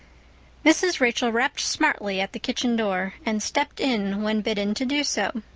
mrs. rachel rapped smartly at the kitchen door and stepped in when bidden to do so.